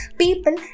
people